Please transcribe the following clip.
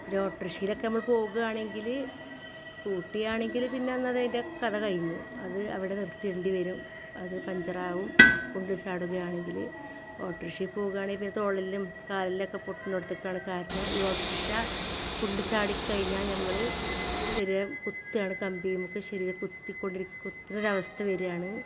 ഒരു ഓട്ടോറിക്ഷയിലൊക്കെ നമ്മൾ പോവുകയാണെങ്കിൽ സ്കൂട്ടി ആണെങ്കിൽ പിന്നെ അന്നതിന്റെ കഥ കഴിഞ്ഞു അത് അവിടെ നിർത്തി ഇടേണ്ടി വരും അത് പഞ്ചർ ആവും കുണ്ടിൽ ചാടുകയാണെങ്കിൽ ഓട്ടോറിക്ഷയിൽ പോവുകയാണെങ്കിൽ പിന്നെ തോളെല്ലും കാലെല്ലൊക്കെ പൊട്ടുന്ന ഇടത്തൊക്കെയാണ് കാരണം ഈ ഓട്ടൊറിക്ഷ കുണ്ടിൽ ചാടിക്കഴിഞ്ഞാൽ നമ്മൾ ശരീരം കുത്തിയാണ് കമ്പീമ്മെക്ക് ശരീരം കുത്തിക്കൊണ്ടിരിക്ക് കുത്തുന്ന ഒരു അവസ്ഥ വരുവാണ്